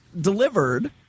delivered